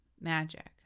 Magic